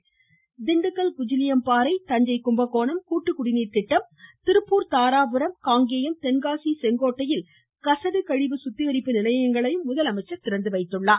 மேலும் திண்டுக்கல் குஜிலியம்பாறை தஞ்சை கும்பகோணம் கூட்டுக்குடிநீர் திட்டம் திருப்பூர் தாராபுரம் காங்கேயம் தென்காசி செங்கோட்டையில் கசடு கழிவு சுத்திகரிப்பு நிலையங்களையும் முதலமைச்சர் திறந்து வைத்தார்